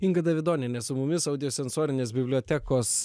inga davidonienė su mumis audio sensorinės bibliotekos